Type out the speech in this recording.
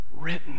written